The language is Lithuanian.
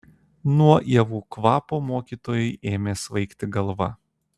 nuo ievų kvapo mokytojui ėmė svaigti galva